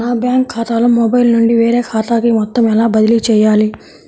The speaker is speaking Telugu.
నా బ్యాంక్ ఖాతాలో మొబైల్ నుండి వేరే ఖాతాకి మొత్తం ఎలా బదిలీ చేయాలి?